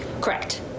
correct